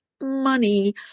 money